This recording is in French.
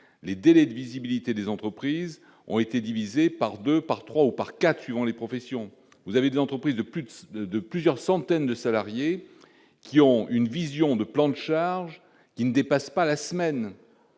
les délais de visibilité des entreprises ont été divisés par 2, par 3 ou par 4 suivant les professions, vous avez de l'entreprise de plus de, de, de plusieurs centaines de salariés qui ont une vision de plan de charge qui ne dépasse pas la semaine,